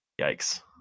Yikes